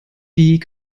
die